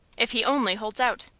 if he only holds out.